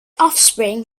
offspring